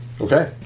Okay